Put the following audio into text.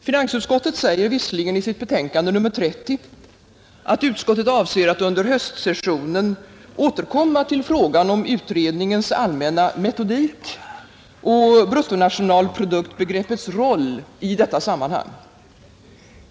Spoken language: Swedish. Finansutskottet säger visserligen i sitt betänkande nr 30 att utskottet avser att under höstsessionen återkomma till frågan om utredningens allmänna metodik och bruttonationalproduktbegreppets roll i detta sammanhang.